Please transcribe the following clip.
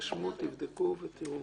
תרשמו ותבדקו.